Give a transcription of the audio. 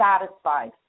satisfied